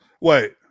Wait